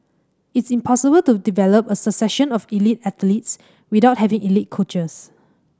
it's impossible to develop a succession of elite athletes without having elite coaches